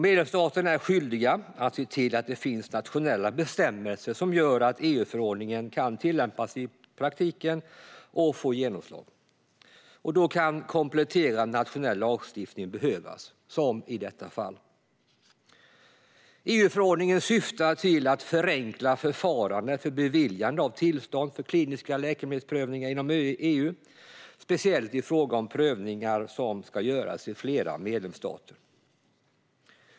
Medlemsstaterna är därför skyldiga att se till att det finns nationella bestämmelser som gör att en EU-förordning kan tillämpas i praktiken och få genomslag. Då kan kompletterande nationell lagstiftning behövas, som i detta fall. EU-förordningen syftar till att förenkla förfarandet för beviljande av tillstånd för kliniska läkemedelsprövningar inom EU, speciellt i fråga om prövningar som ska göras i flera medlemsstater.